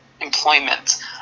employment